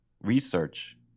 research